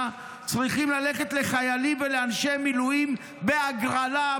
צריכים ללכת לחיילים ולאנשי מילואים בהגרלה,